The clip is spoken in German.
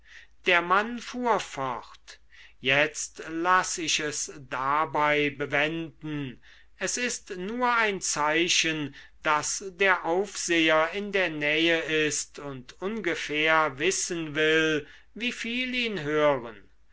der mann fuhr fort jetzt lass ich es dabei bewenden es ist nur ein zeichen daß der aufseher in der nähe ist und ungefähr wissen will wie viel ihn hören